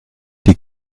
die